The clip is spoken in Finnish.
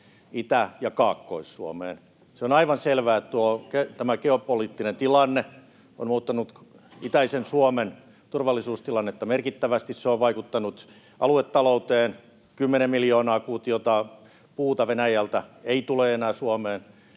Itä- ja Kaakkois-Suomeen. Se on aivan selvää, että tämä geopoliittinen tilanne on muuttanut itäisen Suomen turvallisuustilannetta merkittävästi. Se on vaikuttanut aluetalouteen, 10 miljoonaa kuutiota puuta Venäjältä ei tule enää Suomeen,